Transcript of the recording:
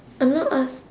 I'm not ask